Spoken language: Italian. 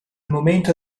momento